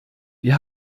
wir